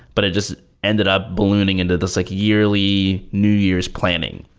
but it just ended up ballooning into this like yearly new year's planning.